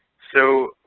so